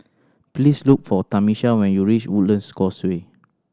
please look for Tamisha when you reach Woodlands Causeway